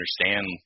understand